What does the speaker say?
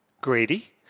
Grady